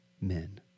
men